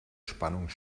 spannung